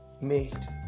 made